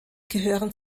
gehören